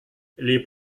les